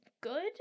good